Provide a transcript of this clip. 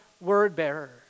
Word-bearer